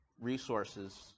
resources